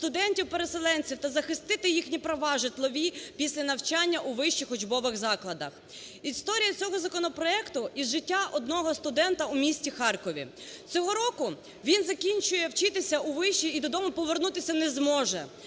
студентів-переселенців та захистити їхні права житлові після навчання у вищих учбових закладах. Історія цього законопроекту із життя одного студента у місті Харкові. Цього року він закінчує вчитися у виші і до дому повернутися не зможе,